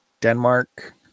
Denmark